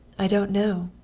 i don't know.